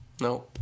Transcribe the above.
No